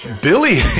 Billy